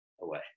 away